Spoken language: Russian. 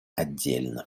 отдельно